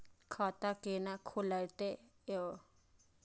खाता केना खुलतै यो